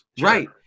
Right